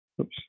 Oops